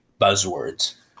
buzzwords